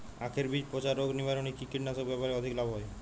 আঁখের বীজ পচা রোগ নিবারণে কি কীটনাশক ব্যবহারে অধিক লাভ হয়?